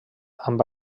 amb